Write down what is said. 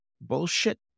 bullshit